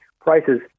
prices